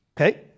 okay